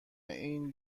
این